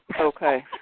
Okay